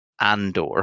Andor